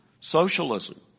socialism